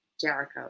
Jericho